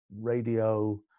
radio